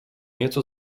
nieco